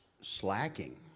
slacking